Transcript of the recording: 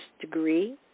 degree